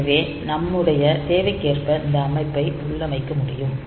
எனவே நம்முடைய தேவைக்கேற்ப இந்த அமைப்பை உள்ளமைக்க முடியும்